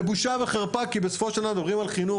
זה בושה וחרפה כי בסופו של דבר אנחנו מדברים על חינוך,